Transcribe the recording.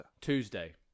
tuesday